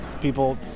people